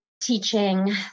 teaching